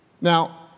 Now